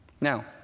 Now